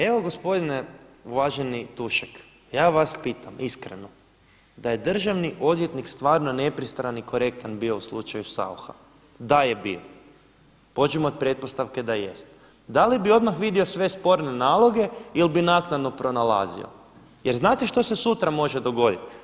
Evo gospodine uvaženi Tušek, ja vas pitam iskreno da je državni odvjetnik stvarno nepristran i korektan bio u slučaju Saucha, da je bio, pođimo od pretpostavke da jeste, da li bi odmah vidio sve sporne naloge ili bi naknadno pronalazio jer znate što se sutra može dogoditi?